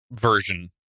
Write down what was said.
version